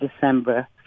December